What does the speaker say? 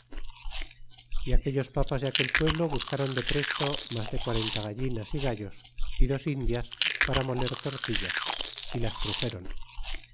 é aquellos papas de aquel pueblo buscron de presto mas de quarenta gallinas é gallos y dos indias para moler tortillas y las truxcrn